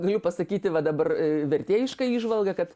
galiu pasakyti va dabar vertėjišką įžvalgą kad